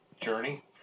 journey